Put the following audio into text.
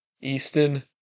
Easton